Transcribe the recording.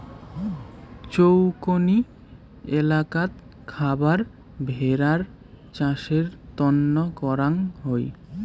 চৌকনি এলাকাত খাবার ভেড়ার চাষের তন্ন করাং হই